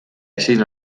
ezin